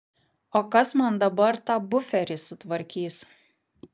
o kas man dabar tą buferį sutvarkys